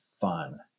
fun